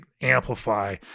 amplify